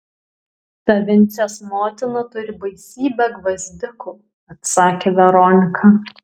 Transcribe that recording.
ta vincės motina turi baisybę gvazdikų atsakė veronika